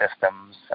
systems